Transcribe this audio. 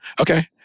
Okay